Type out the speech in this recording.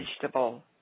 Vegetable